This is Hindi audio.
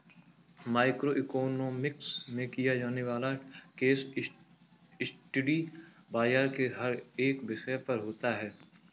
माइक्रो इकोनॉमिक्स में किया जाने वाला केस स्टडी बाजार के हर एक विषय पर होता है